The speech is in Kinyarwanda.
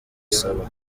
saba